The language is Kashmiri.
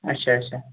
اچھا اچھا